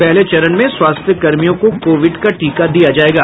पहले चरण में स्वास्थ्य कर्मियों को कोविड का टीका दिया जायेगा